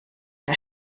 der